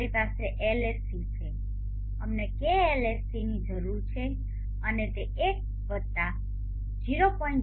અમારી પાસે LSC છે અમને kLSC ની જરૂર છે અને તે 1 0